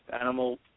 animal